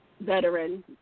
veteran